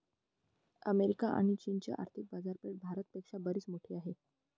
अमेरिकेची आणी चीनची आर्थिक बाजारपेठा भारत पेक्षा बरीच मोठी आहेत